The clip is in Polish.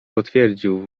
potwierdził